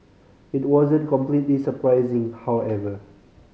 it wasn't completely surprising however